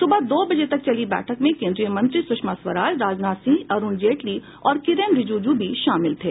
सुबह दो बजे तक चली बैठक में केंद्रीय मंत्री सुषमा स्वराज राजनाथ सिंह अरुण जेटली और किरेन रिजिजू भी शामिल थे